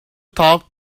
talk